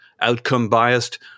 outcome-biased